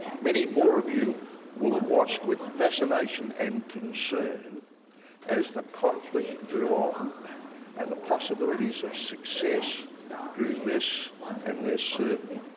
many more of you will have watched with fascination and concern as the conflict drew on and the possibilities of success grew less and less certain.